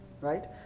Right